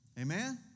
Amen